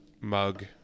mug